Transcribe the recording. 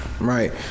Right